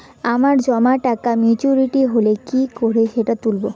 আমার জমা টাকা মেচুউরিটি হলে কি করে সেটা তুলব?